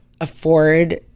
afford